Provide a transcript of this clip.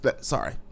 sorry